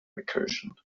recursion